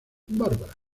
bárbara